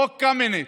חוק קמיניץ,